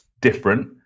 different